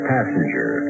Passenger